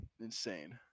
insane